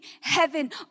heaven